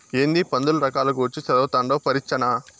ఏందీ పందుల రకాల గూర్చి చదవతండావ్ పరీచ్చనా